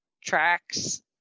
tracks